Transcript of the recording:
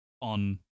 on